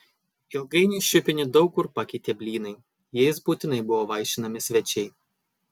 ilgainiui šiupinį daug kur pakeitė blynai jais būtinai buvo vaišinami svečiai